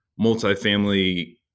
multifamily